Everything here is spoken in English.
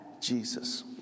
Jesus